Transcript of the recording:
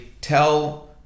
tell